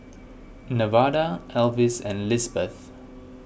Nevada Alvis and Lisbeth